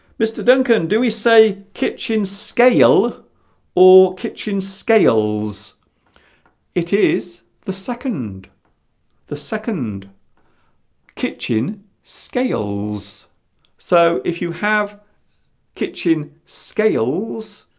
mr. duncan do we say kitchen scale or kitchen scales it is the second the second kitchen scales so if you have kitchen scales